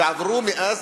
ועברו מאז,